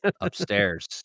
upstairs